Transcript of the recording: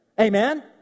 Amen